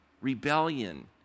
rebellion